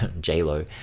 J-Lo